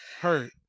hurt